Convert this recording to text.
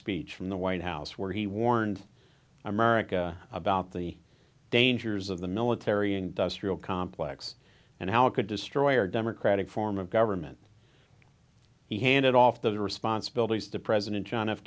speech from the white house where he warned america about the dangers of the military industrial complex and how it could destroy our democratic form of government he handed off the responsibilities to president john f